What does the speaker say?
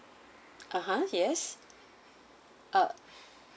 (uh huh) yes uh